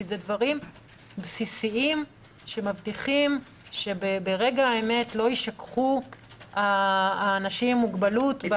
אלה דברים בסיסיים שמבטיחים שברגע האמת לא יישכחו האנשים עם מוגבלות.